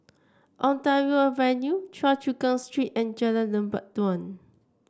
Ontario Avenue Choa Chu Kang Street and Jalan Lebat Daun